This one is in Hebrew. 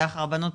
דרך הרבנות,